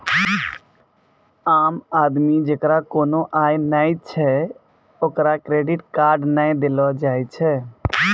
आम आदमी जेकरा कोनो आय नै छै ओकरा क्रेडिट कार्ड नै देलो जाय छै